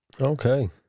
Okay